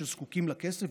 שזקוקים לכסף,